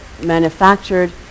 manufactured